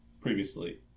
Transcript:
previously